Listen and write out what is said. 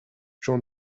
j’en